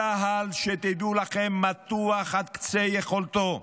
צה"ל, שתדעו לכם, מתוח עד קצה יכולתו,